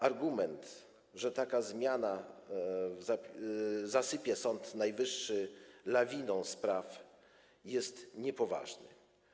Argument, że taka zmiana zasypie Sąd Najwyższy lawiną spraw, jest niepoważny.